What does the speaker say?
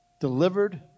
delivered